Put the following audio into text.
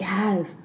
Yes